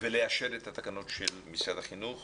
ולאשר את התקנות של משרד החינוך